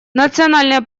национальные